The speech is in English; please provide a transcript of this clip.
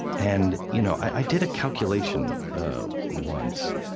and you know i did a calculation once